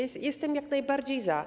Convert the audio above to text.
Jestem jak najbardziej za.